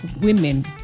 women